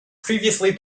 previously